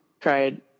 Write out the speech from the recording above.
cried